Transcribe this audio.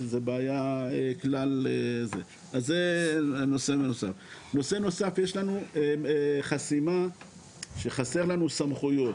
שזו בעיה כלל- -- נושא נוסף יש לנו חסימה שחסרות לנו סמכויות.